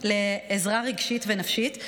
לעזרה רגשית ונפשית.